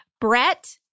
Brett